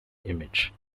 image